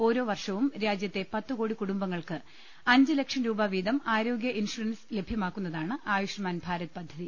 ഓരോ വർ ഷവും രാജ്യത്തെ പത്ത് കോടി കുടുംബങ്ങൾക്ക് അഞ്ച് ലക്ഷം രൂപ വീതം ആരോഗ്യ ഇൻഷുറൻസ് ലഭ്യമാക്കുന്നതാണ് ആയുഷ്മാൻ ഭാരത് പദ്ധതി